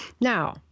Now